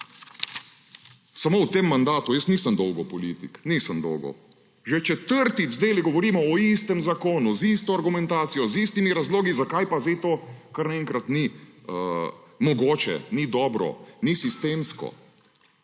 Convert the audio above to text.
Samo v tem mandatu – jaz nisem dolgo politik, nisem dolgo – že četrtič zdajle govorimo o istem zakonu z isto argumentacijo, z istimi razlogi, zakaj pa zdaj to kar naenkrat ni mogoče, ni dobro, ni sistemsko.